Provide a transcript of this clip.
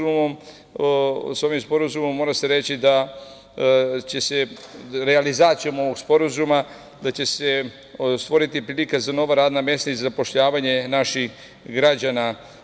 U vezi sa ovim sporazumom mora se reći da će se realizacijom ovog sporazuma stvoriti prilika za nova radna mesta i zapošljavanje naših građana.